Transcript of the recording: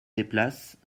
déplacent